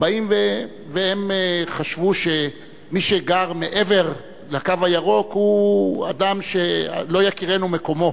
והם חשבו שמי שגר מעבר ל"קו הירוק" הוא אדם שלא יכירנו מקומו.